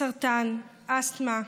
סרטן, אסתמה,